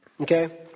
Okay